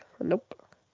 nope